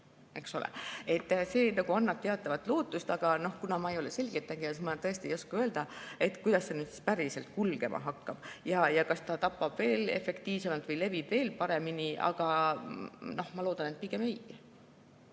See annab teatavat lootust. Aga kuna ma ei ole selgeltnägija, siis ma tõesti ei oska öelda, kuidas see päriselt kulgema hakkab ja kas ta tapab veel efektiivsemalt või levib veel paremini. Aga ma loodan, et pigem